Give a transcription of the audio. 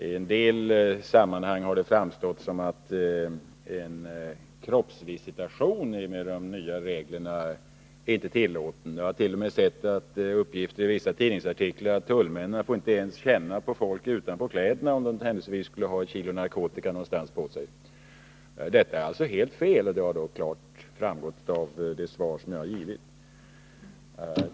I en del sammanhang har det framställts så att en kroppsvisitation inte skulle vara tillåten enligt de nya reglerna. Jag hart.o.m. sett uppgifter i vissa tidningsartiklar om att tulltjänstemännen inte ens skulle få känna utanpå kläderna på folk när de letar efter narkotika som människorna eventuellt kan ha på sig. Detta är alltså helt fel, och det har klart framgått av det svar som jag har givit.